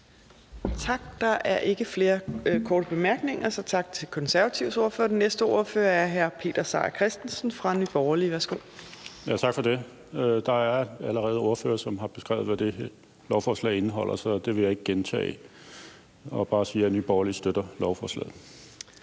Torp): Der er ikke flere korte bemærkninger, så vi siger tak til Konservatives ordfører. Den næste ordfører er hr. Peter Seier Christensen fra Nye Borgerlige. Værsgo. Kl. 14:53 (Ordfører) Peter Seier Christensen (NB): Tak for det. Der er allerede ordførere, som har beskrevet, hvad det her forslag indeholder, så det vil jeg ikke gentage, men bare sige, at Nye Borgerlige støtter lovforslaget.